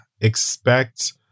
expect